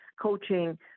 coaching